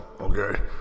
okay